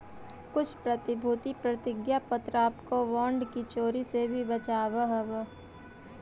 कुछ प्रतिभूति प्रतिज्ञा पत्र आपको बॉन्ड की चोरी से भी बचावअ हवअ